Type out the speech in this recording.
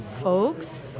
folks